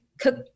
cook